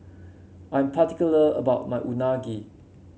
I'm particular about my Unagi